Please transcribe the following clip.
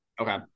okay